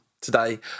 today